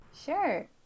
Sure